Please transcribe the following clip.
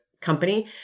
Company